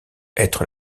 être